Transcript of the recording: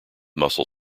muscle